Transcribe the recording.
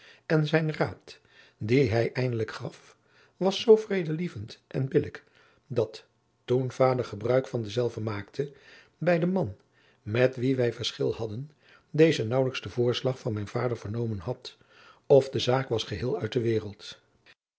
en zijn raad dien hij eindelijk gaf was zoo vredelievend en billijk dat toen vader gebruik van denzelven maakte bij den man met wien wij verschil hadden deze naauwelijks den voorslag van mijn vader vernomen had of de zaak was geheel uit de wereld